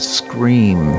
scream